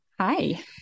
Hi